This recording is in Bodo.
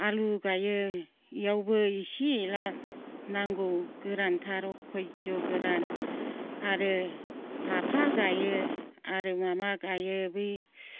आलु गायो बेयावबो इसे एला नांगौ गोरानथार अखयज्ज' गोरान आरो लाफा गायो आरो माबा गायो बै